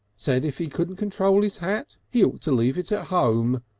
said if he couldn't control his hat he ought to leave it at home.